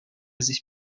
sich